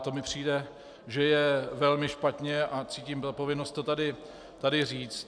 To mi přijde, že je velmi špatně, a cítím odpovědnost to tady říct.